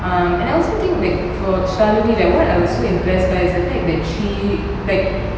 um and I also think like for shaalini like what I was so impressed by is the fact that she like